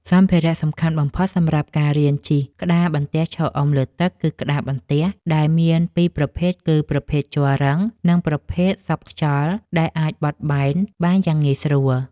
សម្ភារៈសំខាន់បំផុតសម្រាប់ការរៀនជិះក្តារបន្ទះឈរអុំលើទឹក គឺក្តារបន្ទះ ដែលមានពីរប្រភេទគឺ ប្រភេទជ័ររឹង និងប្រភេទសប់ខ្យល់ដែលអាចបត់បែនបានយ៉ាងងាយស្រួល។